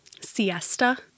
siesta